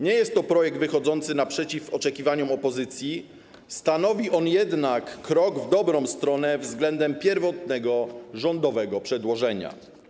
Nie jest to projekt wychodzący naprzeciw oczekiwaniom opozycji, stanowi on jednak krok w dobrą stronę względem pierwotnego rządowego przedłożenia.